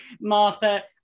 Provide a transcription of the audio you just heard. Martha